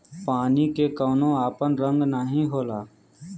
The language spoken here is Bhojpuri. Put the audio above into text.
पानी के कउनो आपन रंग नाही होला